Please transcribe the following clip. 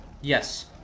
Yes